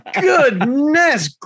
Goodness